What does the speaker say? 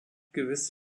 gewiss